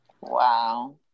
Wow